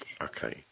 Okay